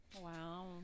Wow